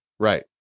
Right